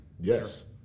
Yes